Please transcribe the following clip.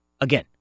again